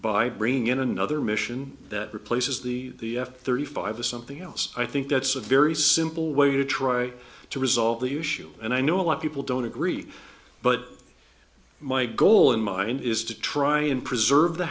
by bringing in another mission that replaces the thirty five or something else i think that's a very simple way to try to resolve the issue and i know a lot people don't agree but my goal in mind is to try and preserve the